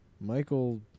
Michael